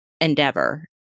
endeavor